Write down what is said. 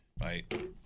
Right